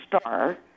Star